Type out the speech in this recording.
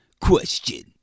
Question